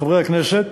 חברי הכנסת,